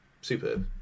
superb